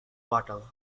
bottle